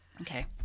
Okay